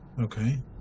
okay